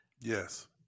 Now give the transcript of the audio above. yes